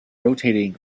rotating